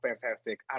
fantastic